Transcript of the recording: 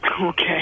Okay